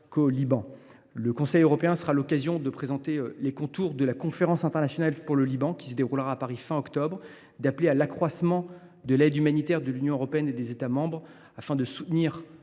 Le Conseil européen sera aussi l’occasion de présenter les contours de la conférence internationale pour le Liban qui se déroulera à Paris fin octobre, d’appeler à l’accroissement de l’aide humanitaire de l’Union européenne (UE) et des États membres afin de soutenir